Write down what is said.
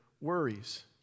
worries